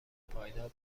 پایدار